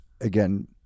again